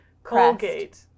Colgate